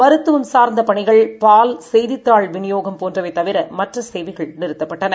மருத்துவம்சார்ந்தப்பணிகள் பால் செய்தித்தாள்விநியோகம்போன்றவைதவிரமற்றசேவை கள்நிறுத்தப்பட்டிருந்தன